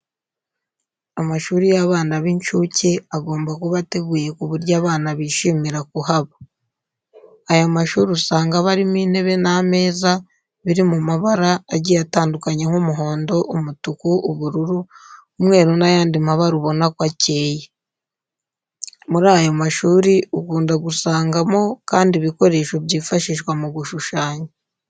Amashuri y'abana b'inshuke agomba kuba ateguye ku buryo abana bishimira kuhaba. Aya mashuri usanga aba arimo intebe n'ameza biri mu mabara agiye atandukanye nk'umuhondo, umutuku, ubururu, umweru n'ayandi mabara ubona ko akeye. Muri ayo mashuri ukunda gusangamo kandi ibikoresho byifashishwa mu gushushanya.